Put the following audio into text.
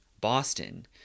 Boston